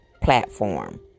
platform